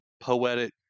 poetic